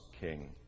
king